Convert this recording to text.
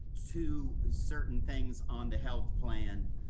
to certain things on the health plan,